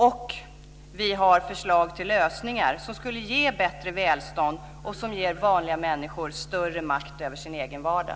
Vi har också förslag till lösningar som skulle ge bättre välstånd och som skulle ge vanliga människor större makt över sin egen vardag.